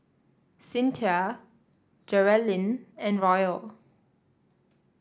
Cinthia Geralyn and Royal